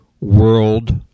world